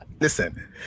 listen